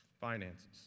Finances